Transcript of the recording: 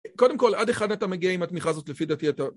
קודם כל, עד היכן אתה מגיע עם התמיכה הזאת, לפי דעתי אתה...